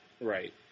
Right